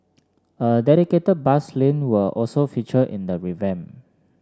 a dedicated bus lane will also feature in the revamp